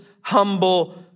humble